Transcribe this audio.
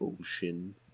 Ocean